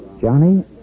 Johnny